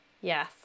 Yes